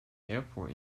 airport